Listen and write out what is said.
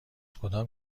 کدام